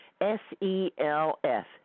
S-E-L-F